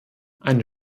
eine